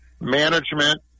Management